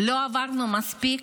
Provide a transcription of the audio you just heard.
לא עברנו מספיק,